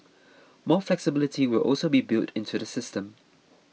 more flexibility will also be built into the system